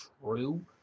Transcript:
true